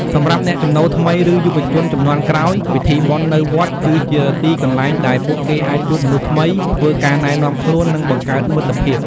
សម្រាប់អ្នកចំណូលថ្មី ឬយុវជនជំនាន់ក្រោយ ពិធីបុណ្យនៅវត្តគឺជាទីកន្លែងដែលពួកគេអាចជួបមនុស្សថ្មី ធ្វើការណែនាំខ្លួន និងបង្កើតមិត្តភាព។